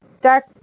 dark